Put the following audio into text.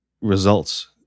results